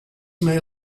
may